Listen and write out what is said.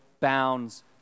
bounds